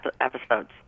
episodes